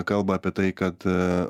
kalba apie tai kad